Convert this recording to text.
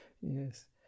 yes